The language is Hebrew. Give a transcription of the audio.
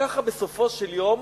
ככה, בסופו של יום,